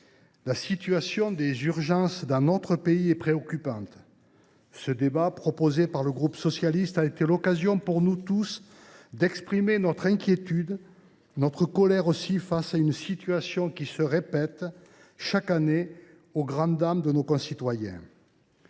La situation des urgences dans notre pays est préoccupante. Ce débat, proposé par le groupe Socialiste, Écologiste et Républicain, a été l’occasion pour nous tous d’exprimer notre inquiétude, notre colère aussi, face à une situation qui se répète chaque année au grand dam de nos concitoyens.